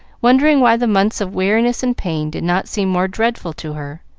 wondering why the months of weariness and pain did not seem more dreadful to her.